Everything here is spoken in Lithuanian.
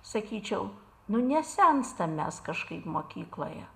sakyčiau nu nesenstam mes kažkaip mokykloje